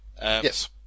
Yes